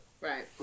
Right